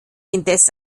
indes